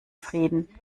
frieden